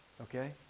okay